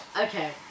Okay